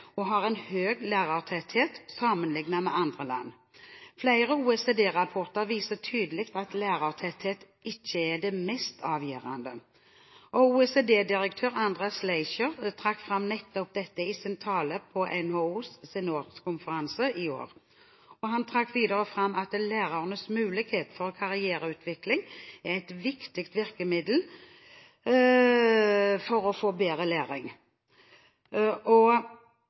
og har en høy lærertetthet sammenlignet med andre land. Flere OECD-rapporter viser tydelig at lærertetthet ikke er det mest avgjørende. OECD-direktør Andreas Schleicher trakk fram nettopp dette i sin tale på NHOs årskonferanse i år. Han trakk videre fram at lærernes muligheter for karriereutvikling er et viktig virkemiddel for å få bedre læring. Også elevers motivasjon for egen læring er viktig, og